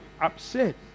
upset